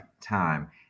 time